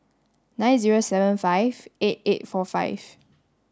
nine zero seven five eight eight four five